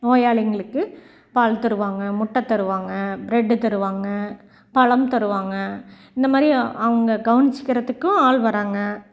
நோயாளிங்களுக்கு பால் தருவாங்க முட்டை தருவாங்க ப்ரெட்டு தருவாங்க பழம் தருவாங்க இந்த மாதிரி அவங்க கவனிச்சுக்கிறதுக்கும் ஆள் வராங்க